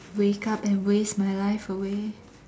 wake up and waste my life away